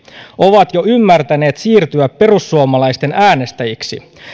ovat jo ymmärtäneet siirtyä perussuomalaisten äänestäjiksi